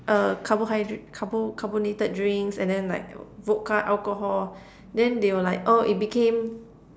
uh carbohydra~ carbo~ carbonated drinks and then like vodka alcohol then they'll like oh it became